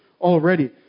already